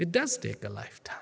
it does take a lifetime